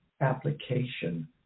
application